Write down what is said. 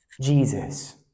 Jesus